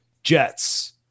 Jets